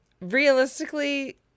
realistically